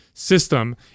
System